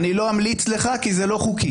אני לא אמליץ לך, כי זה לא חוקי